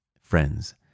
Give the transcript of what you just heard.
friends